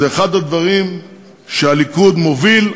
זה אחד הדברים שהליכוד מוביל,